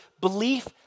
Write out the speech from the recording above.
belief